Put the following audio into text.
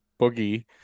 boogie